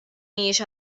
mhijiex